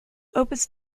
opus